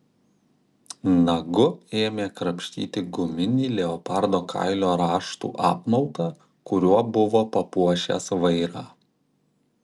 nagu ėmė krapštyti guminį leopardo kailio raštų apmautą kuriuo buvo papuošęs vairą